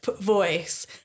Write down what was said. voice